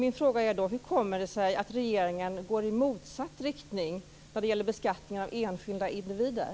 Min fråga är då: Hur kommer det sig att regeringen går i motsatt riktning när det gäller beskattning av enskilda individer?